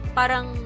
parang